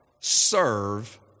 serve